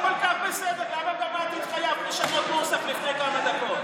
אם זה כל כך בסדר למה גם את התחייבת לשנות נוסח לפני כמה דקות?